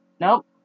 Nope